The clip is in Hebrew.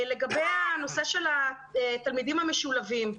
לגבי הנושא של התלמידים המשולבים,